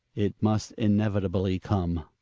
it must inevitably come.